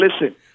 listen